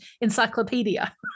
encyclopedia